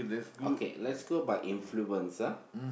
okay let's go by influencer